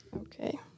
Okay